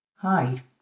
Hi